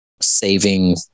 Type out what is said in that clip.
saving